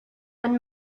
and